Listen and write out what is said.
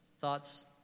thoughts